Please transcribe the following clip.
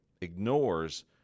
ignores